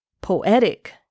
poetic